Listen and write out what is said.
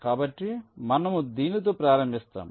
కాబట్టి మనము దీనితో ప్రారంభిస్తాము